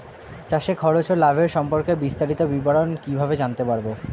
চাষে খরচ ও লাভের সম্পর্কে বিস্তারিত বিবরণ কিভাবে জানতে পারব?